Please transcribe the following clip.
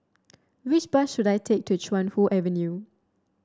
which bus should I take to Chuan Hoe Avenue